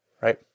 right